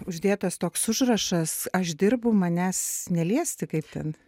uždėtas toks užrašas aš dirbu manęs neliesti kaip ten